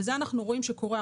וזה אנחנו רואים שקורה,